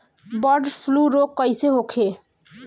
Bird flu रोग कईसे होखे?